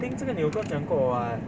I think 这个你有跟我讲过 [what]